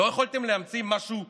לא יכולתם להמציא משהו חדש?